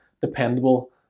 dependable